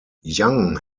young